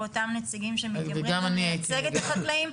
ואותם נציגים שמתיימרים לייצג את החקלאים,